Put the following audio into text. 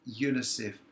UNICEF